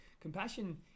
compassion